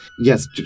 Yes